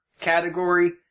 category